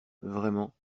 vraiment